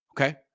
Okay